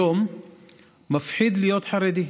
היום מפחיד להיות חרדי.